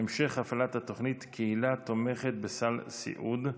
המשך הפעלת התוכנית קהילה תומכת בסל סיעוד,